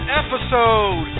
episode